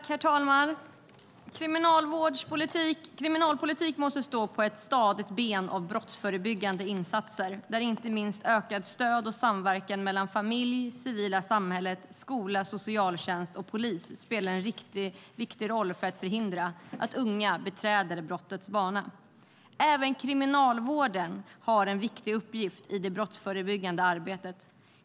Herr talman! Kriminalpolitik måste stå på en stadig grund av brottsförebyggande insatser där inte minst ökat stöd och ökad samverkan mellan familj, det civila samhället, skola, socialtjänst och polis spelar en viktig roll för att förhindra att unga beträder brottets bana. Även Kriminalvården har en viktig uppgift i det brottsförebyggande arbetet.